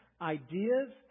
ideas